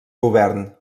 govern